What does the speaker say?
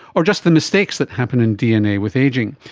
or just the mistakes that happen in dna with ageing.